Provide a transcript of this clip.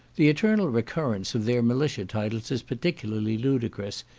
the eternal recurrence of their militia titles is particularly ludicrous,